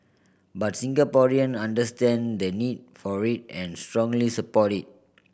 but Singaporean understand the need for it and strongly support it